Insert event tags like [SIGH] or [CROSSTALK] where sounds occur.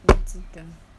[NOISE]